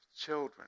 children